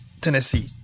Tennessee